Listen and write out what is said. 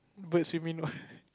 bird swimming